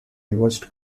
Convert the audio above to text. reversed